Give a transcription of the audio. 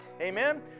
Amen